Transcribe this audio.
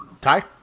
Ty